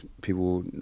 people